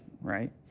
right